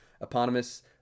eponymous